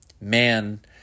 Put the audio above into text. man